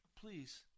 please